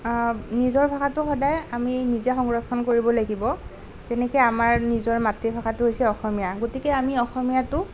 নিজৰ ভাষাটো সদায় আমি নিজে সংৰক্ষণ কৰিব লাগিব তেনেকৈ আমাৰ নিজৰ মাতৃভাষাটো হৈছে অসমীয়া গতিকে আমি অসমীয়াটো